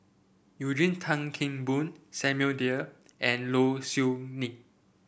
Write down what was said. Eugene Tan Kheng Boon Samuel Dyer and Low Siew Nghee